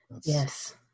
Yes